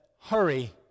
hurry